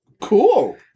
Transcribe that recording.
Cool